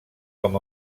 com